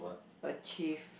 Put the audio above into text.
achieve